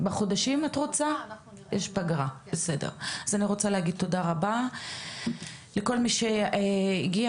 אז אני רוצה להגיד תודה רבה לכל מי שהגיע